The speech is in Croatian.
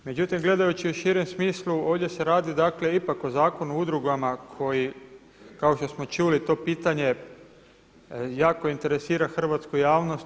Međutim, gledajući u širem smislu, ovdje se radi dakle o Zakonu o udrugama koji kao što smo čuli to pitanje jako interesira hrvatsku javnost.